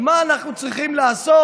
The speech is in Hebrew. אומר מה אנחנו צריכים לעשות.